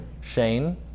Shane